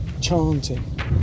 chanting